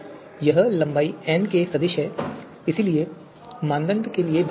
यह लंबाई n का सदिश है जिसमें मानदंड के लिए भार होता है